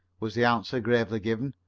was the answer, gravely given,